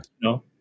no